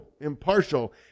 Impartial